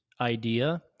idea